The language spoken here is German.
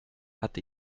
hat